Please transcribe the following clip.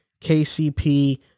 KCP